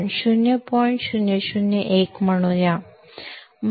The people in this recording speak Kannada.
001 ಎಂದು ಹೇಳೋಣ ನಂತರ ಏನಾಗುತ್ತದೆ